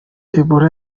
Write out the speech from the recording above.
ebola